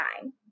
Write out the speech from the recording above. time